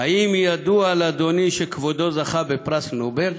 האם ידוע לאדוני שכבודו זכה בפרס נובל?